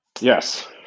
Yes